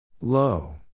Low